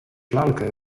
lalkę